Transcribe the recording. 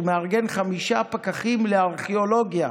הוא מארגן חמישה פקחים לארכיאולוגיה,